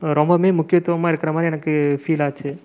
ரொம்பவுமே முக்கியத்துவமாக இருக்கிற மாதிரி எனக்கு ஃபீல் ஆச்சு